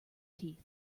teeth